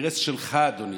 הכנסת מיקי לוי.